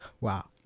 wow